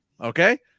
okay